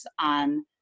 on